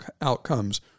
outcomes